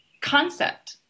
concept